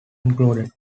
included